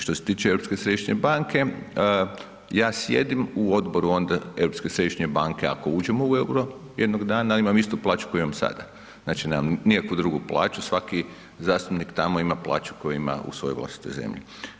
Što se tiče Europske središnje banke, ja sjedim u odboru onda Europske središnje banke ako uđemo u EUR-o jednog dana, imam istu plaću koju imam sada, znači nemam nikakvu drugu plaću, svaki zastupnik tamo ima plaću koju ima u svojoj vlastitoj zemlji.